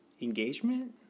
engagement